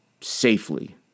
safely